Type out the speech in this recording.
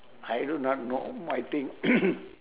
I do not know my thing